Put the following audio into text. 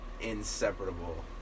inseparable